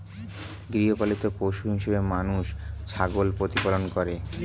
গৃহপালিত পশু হিসেবে মানুষ ছাগল প্রতিপালন করে